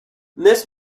this